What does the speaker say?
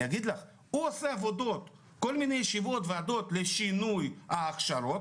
הוא עושה עבודות וישיבות לשינוי הכשרות